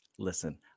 Listen